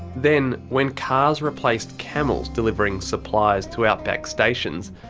then, when cars replaced camels delivering supplies to outback stations.